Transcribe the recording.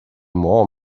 more